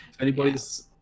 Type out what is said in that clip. anybody's